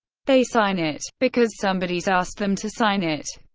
they sign it, because somebody's asked them to sign it.